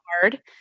hard